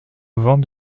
vent